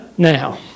Now